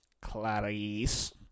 Clarice